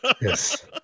Yes